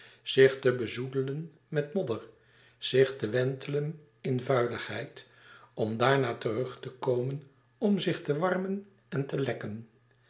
zich te bezoedelen met modder zich te wentelen in vuiligheid om daarna terug te komen om zich te warmen en te lekken